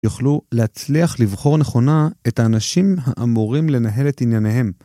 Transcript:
יוכלו להצליח לבחור נכונה את האנשים האמורים לנהל את ענייניהם.